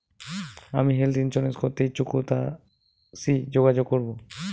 আমি health insurance করতে ইচ্ছুক কথসি যোগাযোগ করবো?